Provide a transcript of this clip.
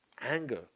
anger